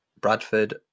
Bradford